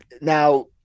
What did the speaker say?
now